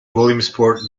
williamsport